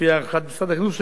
לפי הערכת משרד החינוך,